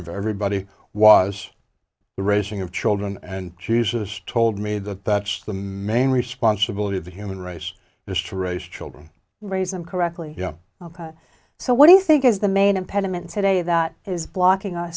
of everybody was the raising of children and jesus told me that that's the main responsibility of the human race is to raise children raise them correctly yeah so what do you think is the main impediment today that is blocking us